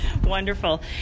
wonderful